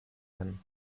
kann